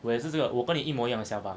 我也是这个我跟你一模一样的想法